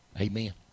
Amen